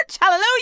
Hallelujah